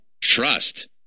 TRUST